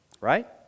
right